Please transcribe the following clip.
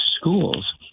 schools